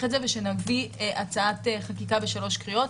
את זה ושנביא הצעת חקיקה בשלוש קריאות.